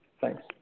Thanks